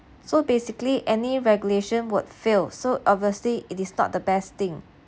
so basically any regulation would fail so obviously it is not the best thing